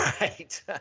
Right